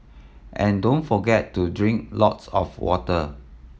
and don't forget to drink lots of water